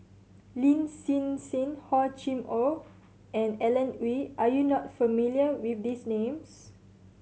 Lin Hsin Hsin Hor Chim Or and Alan Oei are you not familiar with these names